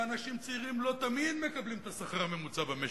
ואנשים צעירים לא תמיד מקבלים את השכר הממוצע במשק.